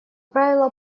правило